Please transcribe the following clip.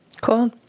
Cool